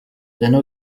selena